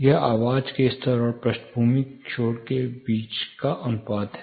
यह आवाज के स्तर और पृष्ठभूमि के शोर के बीच का अनुपात है